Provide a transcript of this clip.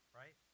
right